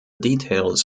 details